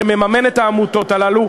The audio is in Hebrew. שמממן את העמותות הללו,